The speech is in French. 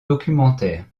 documentaire